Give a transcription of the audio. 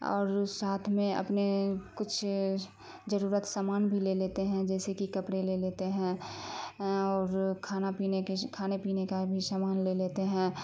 اور ساتھ میں اپنے کچھ ضرورت سامان بھی لے لیتے ہیں جیسے کہ کپڑے لے لیتے ہیں اور کھانا پینے کے کھانے پینے کا بھی سامان لے لیتے ہیں